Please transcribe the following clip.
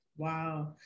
Wow